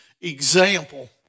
example